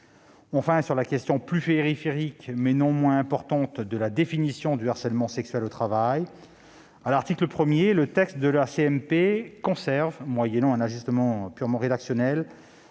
Enfin, sur la question plus périphérique, mais non moins importante, de la définition du harcèlement sexuel au travail, à l'article 1, le texte de la commission mixte paritaire conserve, moyennant un ajustement purement rédactionnel,